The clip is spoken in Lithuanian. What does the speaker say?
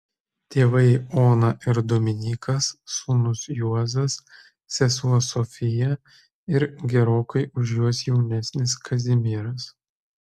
tėvai ona ir dominykas sūnus juozas sesuo sofija ir gerokai už juos jaunesnis kazimieras